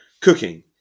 cooking